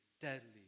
deadly